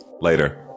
Later